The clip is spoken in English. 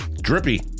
Drippy